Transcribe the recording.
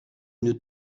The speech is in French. une